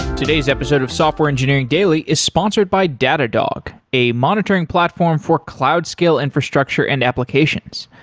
today's episode of software engineering daily is sponsored by datadog, a monitoring platform for cloud scale infrastructure and applications.